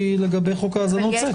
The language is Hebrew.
לגבי חוק האזנות סתר.